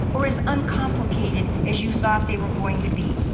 or as uncomplicated as you thought they were going to be.